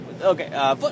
okay